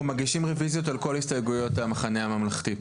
אנחנו מגישים רביזיות על כל הסתייגויות המחנה הממלכתי.